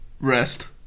Rest